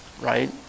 Right